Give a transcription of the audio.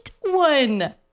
one